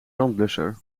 brandblusser